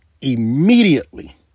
immediately